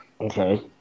Okay